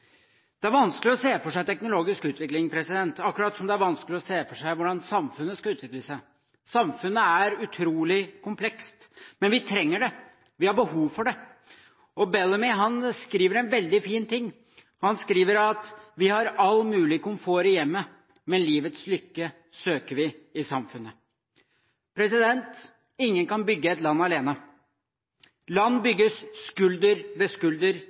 Det er vanskelig å se for seg teknologisk utvikling, akkurat som det er vanskelig å se for seg hvordan samfunnet skal utvikle seg. Samfunnet er utrolig komplekst, men vi trenger det. Vi har behov for det. Bellamy skriver noe veldig fint: Vi har all mulig komfort i hjemmet, men livets lykke søker vi i samfunnet. Ingen kan bygge et land alene. Land bygges skulder ved skulder,